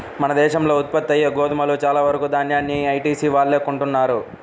మన దేశంలో ఉత్పత్తయ్యే గోధుమలో చాలా వరకు దాన్యాన్ని ఐటీసీ వాళ్ళే కొంటన్నారు